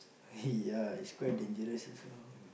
ya it's quite dangerous as well